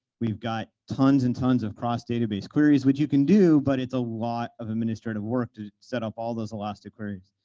we've got tons and tons of cross database queries, which you can do, but it's a lot of administrative work to set up all those elastic queries.